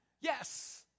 Yes